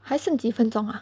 还剩几分钟 ah